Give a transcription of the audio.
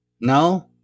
No